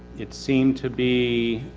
it seemed to be